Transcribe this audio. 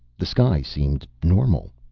the sky seemed normal.